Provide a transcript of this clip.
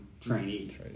trainee